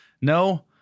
no